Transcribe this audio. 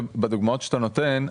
ובדוגמאות שאתה נותן,